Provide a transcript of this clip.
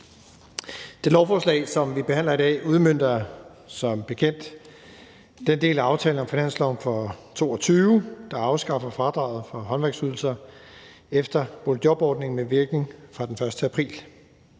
Det lovforslag, som vi behandler i dag, udmønter som bekendt den del af aftalen om finansloven for 2022, der afskaffer fradraget for håndværkerydelser efter boligjobordningen med virkning fra den 1. april.